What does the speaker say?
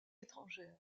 étrangère